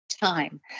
time